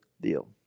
Deal